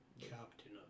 Captain